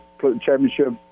championship